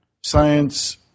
science